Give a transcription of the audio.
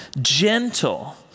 gentle